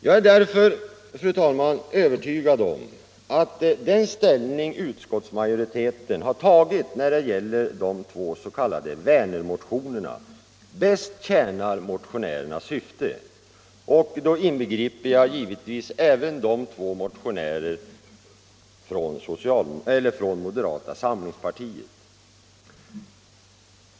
Jag är därför övertygad om att den ställning utskottsmajoriteten har intagit när det gäller dessa två motioner bäst tjänar motionärernas syfte, och då inbegriper jag givetvis även motionärerna från moderata samlingspartiet.